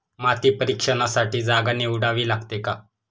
माती परीक्षणासाठी जागा निवडावी लागते का?